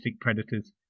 predators